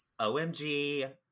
omg